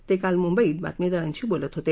ते काल मुंबईत बातमीदारांशी बोलत होते